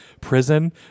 prison